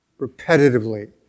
repetitively